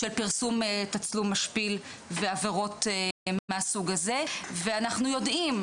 של פרסום תצלום משפיל ועבירות מהסוג הזה ואנחנו יודעים,